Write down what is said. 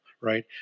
right